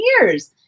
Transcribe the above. years